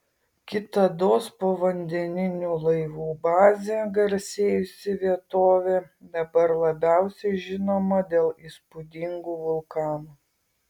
kitados povandeninių laivų baze garsėjusi vietovė dabar labiausiai žinoma dėl įspūdingų vulkanų